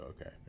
okay